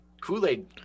Kool-Aid